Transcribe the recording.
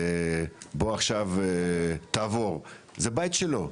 בוא עכשיו, תעבור, זה בית שלו,